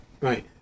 Right